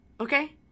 Okay